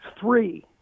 three